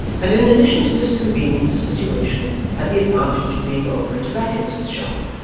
and in addition to this convenience of situation had the advantage of being over a tobacconist's shop,